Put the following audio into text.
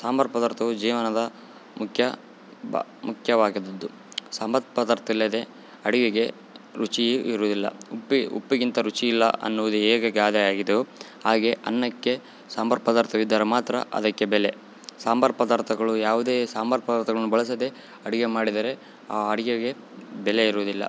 ಸಾಂಬಾರು ಪದಾರ್ಥವು ಜೀವನದ ಮುಖ್ಯ ಬಾ ಮುಖ್ಯವಾಗಿದದ್ದು ಸಾಂಬಾರು ಪದಾರ್ಥವಿಲ್ಲದೆ ಅಡಿಗೆಗೆ ರುಚಿ ಇರುವುದಿಲ್ಲ ಉಪ್ಪಿ ಉಪ್ಪಿಗಿಂತ ರುಚಿಯಿಲ್ಲ ಅನ್ನುವುದು ಹೇಗೆ ಗಾದೆ ಆಗಿದೆವು ಹಾಗೆ ಅನ್ನಕ್ಕೆ ಸಾಂಬಾರು ಪದಾರ್ಥವಿದ್ದರೆ ಮಾತ್ರ ಅದಕ್ಕೆ ಬೆಲೆ ಸಾಂಬಾರು ಪದಾರ್ಥಗಳು ಯಾವುದೇ ಸಾಂಬಾರು ಪದಾರ್ಥಗಳೂ ಬಳಸದೆ ಅಡಿಗೆ ಮಾಡಿದರೆ ಆ ಅಡಿಗೆಗೆ ಬೆಲೆ ಇರುವುದಿಲ್ಲ